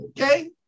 okay